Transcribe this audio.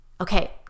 Okay